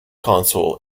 consul